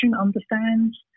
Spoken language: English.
understands